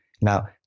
Now